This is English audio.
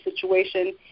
situation